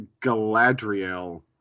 Galadriel